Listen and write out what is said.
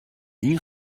این